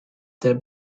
their